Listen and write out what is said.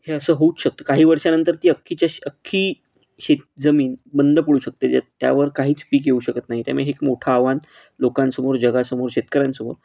हे असं होऊच शकतं काही वर्षानंतर ती अख्खीच्या श अख्खी शेतजमीन बंद पडू शकते ज्या त्यावर काहीच पीक येऊ शकत नाही त्यामुळे हे एक मोठं आव्हान लोकांसमोर जगासमोर शेतकऱ्यांसमोर